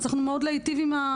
אז צריך מאוד לדייק את האינפורמציה.